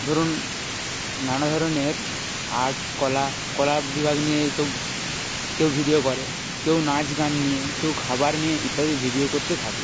ধরুন নানা ধরনের আর্টস কলা কলা বিভাগ নিয়ে এইসব কেউ ভিডিও করে কেউ নাচ গান নিয়ে কেউ খাবার নিয়ে ইত্যাদি ভিডিও করতে থাকে